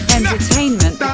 Entertainment